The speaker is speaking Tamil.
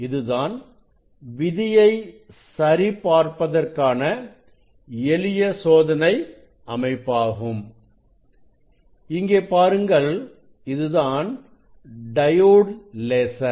இதுதான் விதியை சரி பார்ப்பதற்கான எளிய சோதனை அமைப்பாகும் இங்கே பாருங்கள் இதுதான் டயோட் லேசர்